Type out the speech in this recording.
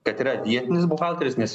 kad yra vietinis buhalteris nes